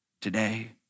today